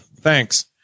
Thanks